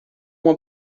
uma